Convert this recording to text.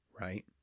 right